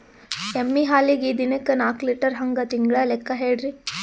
ಎಮ್ಮಿ ಹಾಲಿಗಿ ದಿನಕ್ಕ ನಾಕ ಲೀಟರ್ ಹಂಗ ತಿಂಗಳ ಲೆಕ್ಕ ಹೇಳ್ರಿ?